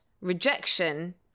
rejection